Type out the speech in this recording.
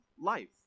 life